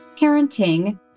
parenting